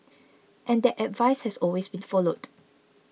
and that advice has always been followed